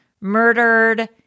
murdered